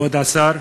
כבוד השר,